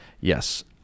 Yes